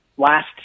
Last